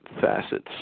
facets